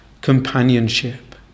companionship